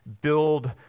build